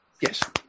Yes